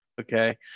Okay